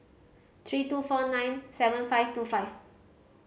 three two four nine seven five two five